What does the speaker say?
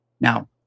Now